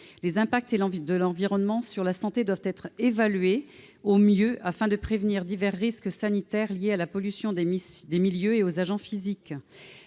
les impacts de l'environnement sur la santé doivent être évalués au mieux afin de prévenir divers risques sanitaires dus à la pollution des milieux et aux agents physiques.